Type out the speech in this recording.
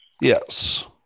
Yes